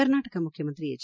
ಕರ್ನಾಟಕ ಮುಖ್ಯಮಂತ್ರಿ ಎಚ್